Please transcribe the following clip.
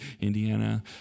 Indiana